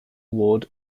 ward